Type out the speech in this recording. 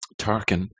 Tarkin